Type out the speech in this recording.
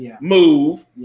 move